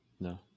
no